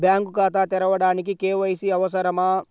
Bank ఖాతా తెరవడానికి KYC అవసరమా?